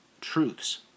truths